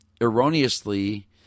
erroneously